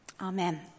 Amen